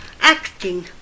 acting